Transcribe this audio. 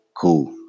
Cool